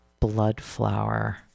Bloodflower